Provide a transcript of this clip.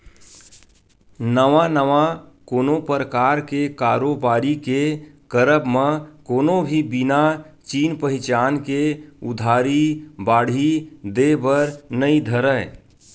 नवा नवा कोनो परकार के कारोबारी के करब म कोनो भी बिना चिन पहिचान के उधारी बाड़ही देय बर नइ धरय